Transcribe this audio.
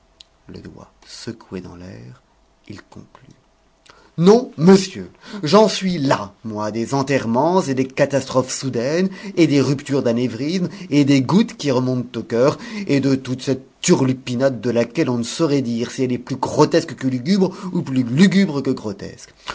le doigt secoué dans l'air il conclut non monsieur j'en suis las moi des enterrements et des catastrophes soudaines et des ruptures d'anévrisme et des gouttes qui remontent au cœur et de toute cette turlupinade de laquelle on ne saurait dire si elle est plus grotesque que lugubre ou plus lugubre que grotesque